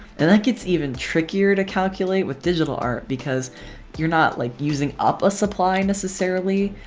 and that gets even trickier to calculate with digital art because you're not like using up a supply necessarily,